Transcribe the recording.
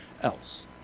else